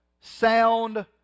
sound